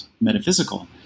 metaphysical